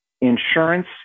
insurance